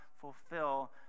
fulfill